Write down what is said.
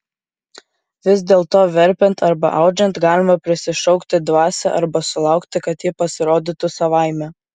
vis dėlto verpiant arba audžiant galima prisišaukti dvasią arba sulaukti kad ji pasirodytų savaime